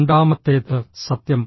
രണ്ടാമത്തേത്ഃ സത്യം